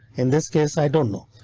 in this case i don't know,